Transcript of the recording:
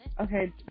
Okay